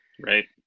Right